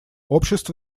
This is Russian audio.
общества